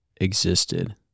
existed